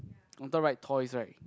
on top write toys right